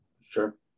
Sure